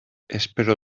espero